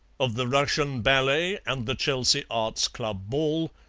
of the russian ballet and the chelsea arts club ball,